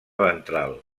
ventral